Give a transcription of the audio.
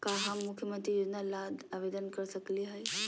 का हम मुख्यमंत्री योजना ला आवेदन कर सकली हई?